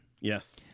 Yes